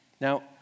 Now